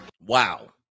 Wow